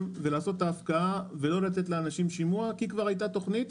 ולעשות את ההפקעה ולא לתת לאנשים שימוע כי כבר היתה תוכנית,